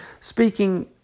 speaking